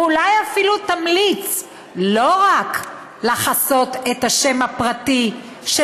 ואולי אפילו תמליץ לא רק לחסות את השם הפרטי של